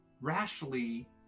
rashly